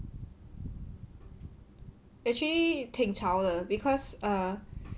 actually 挺吵的 because err